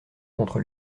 contre